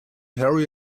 harry